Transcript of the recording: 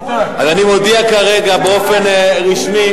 אז אני מודיע כרגע באופן רשמי,